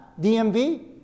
DMV